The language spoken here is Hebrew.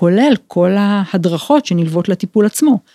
כולל כל ההדרכות שנלוות לטיפול עצמו.